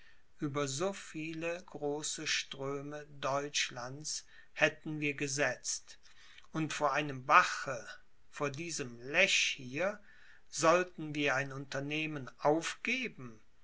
über so viele große ströme deutschlands hätten wir gesetzt und vor einem bache vor diesem lech hier sollten wir ein unternehmen aufgeben